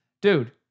dude